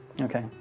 Okay